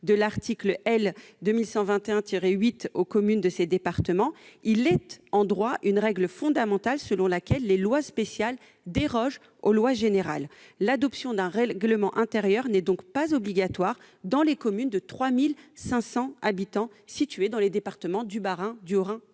de l'article L. 2121-8 aux communes de ces départements, il est en droit une règle fondamentale selon laquelle les lois spéciales dérogent aux lois générales. L'adoption d'un règlement intérieur n'est donc pas obligatoire pour les communes de moins de 3 500 habitants situées dans les départements du Bas-Rhin, du Haut-Rhin et de la